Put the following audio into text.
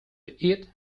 eat